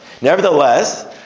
Nevertheless